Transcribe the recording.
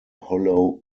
hollow